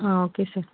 okay sir